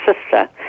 sister